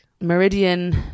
meridian